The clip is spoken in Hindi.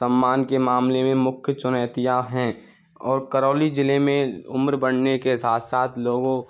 सम्मान के मामले में मुख्य चुनौतियाँ हैं और करौली ज़िले में उम्र बढ़ने के साथ साथ लोगों